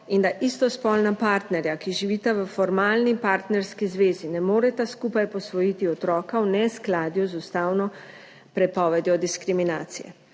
in da istospolna partnerja, ki živita v formalni partnerski zvezi, ne moreta skupaj posvojiti otroka, v neskladju z ustavno prepovedjo diskriminacije.